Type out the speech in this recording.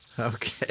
Okay